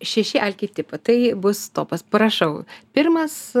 šeši alkio tip tai bus topas prašau pirmas